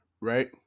right